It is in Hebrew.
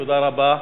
תודה רבה.